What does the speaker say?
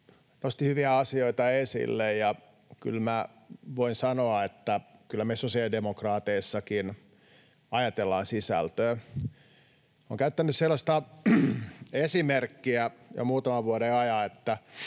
nosti hyviä asioita esille, ja kyllä minä voin sanoa, että kyllä me sosiaalidemokraateissakin ajatellaan sisältöä. Minä olen käyttänyt sellaista esimerkkiä jo muutaman vuoden ajan,